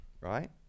right